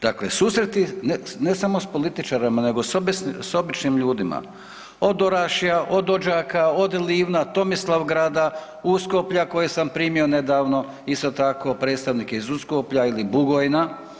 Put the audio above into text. Dakle, susreti ne samo s političarima nego s običnim ljudima od Orašja, od Odžaka, od Livna, Tomislavgrada, Uskoplja kojeg sam primio nedavno, isto tako predstavnike iz Uskoplja ili Bugojna.